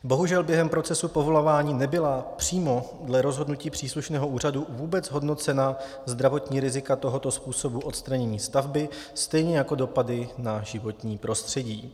Bohužel během procesu povolování nebyla přímo dle rozhodnutí příslušného úřadu vůbec hodnocena zdravotní rizika tohoto způsobu odstranění stavby, stejně jako dopady na životní prostředí.